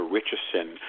Richardson